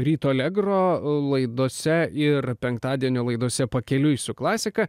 ryto alegro laidose ir penktadienio laidose pakeliui su klasika